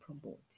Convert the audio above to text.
promote